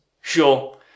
Sure